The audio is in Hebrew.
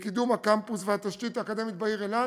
לקידום הקמפוס והתשתית האקדמית בעיר אילת,